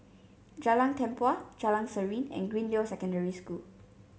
Jalan Tempua Jalan Serene and Greendale Secondary School